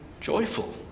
joyful